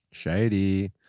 Shady